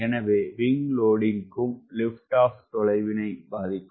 எனவே விங்க் லோடிங்கும் lift off தொலைவினை பாதிக்கும்